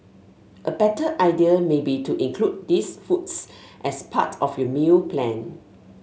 a better idea may be to include these foods as part of your meal plan